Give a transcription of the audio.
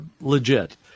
legit